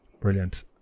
Brilliant